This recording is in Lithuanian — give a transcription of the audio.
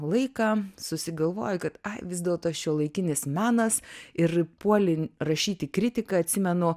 laiką susigalvoji kad vis dėlto šiuolaikinis menas ir puoli rašyti kritiką atsimenu